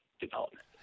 development